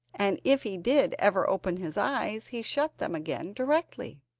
and if he did ever open his eyes he shut them again directly.